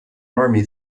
army